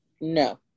No